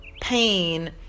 pain